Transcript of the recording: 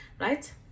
right